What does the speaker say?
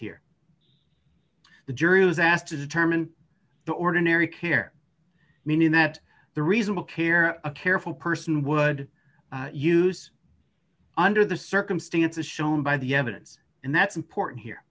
here the jury was asked to determine the ordinary care meaning that the reasonable care a careful person would use under the circumstances shown by the evidence and that's important here